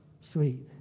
sweet